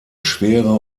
schwere